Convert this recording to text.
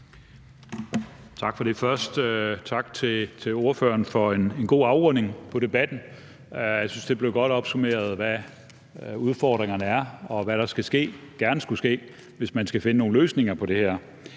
Tak for det. Først tak til ordføreren for en god afrunding på debatten. Jeg synes, at det blev godt opsummeret, hvad udfordringerne er, og hvad der gerne skulle ske, hvis man skal finde nogle løsninger på det her.